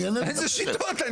איזה שיטות?